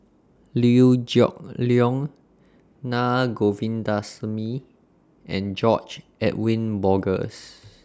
Liew Geok Leong Naa Govindasamy and George Edwin Bogaars